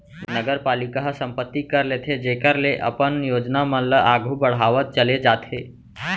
नगरपालिका ह संपत्ति कर लेथे जेखर ले अपन योजना मन ल आघु बड़हावत चले जाथे